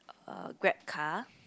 uh Grab car